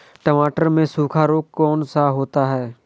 टमाटर में सूखा रोग कौन सा होता है?